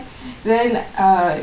then err